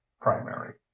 primary